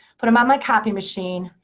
put them on my copy machine,